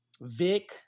Vic